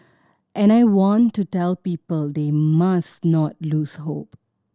and I want to tell people they must not lose hope